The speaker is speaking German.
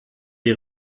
die